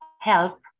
help